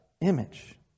image